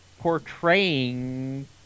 portraying